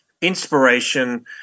inspiration